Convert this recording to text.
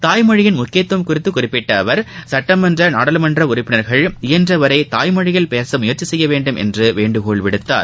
தாய்மொழியின் முக்கியத்துவம் குறித்து குறிப்பிட்ட அவர் சட்டமன்ற நாடாளுமன்ற உறுப்பினர்கள் இயன்றவரை தாய்மொழியில் பேச முயற்சி செய்ய வேண்டும் என்று வேண்டுகோள் விடுத்தார்